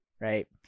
right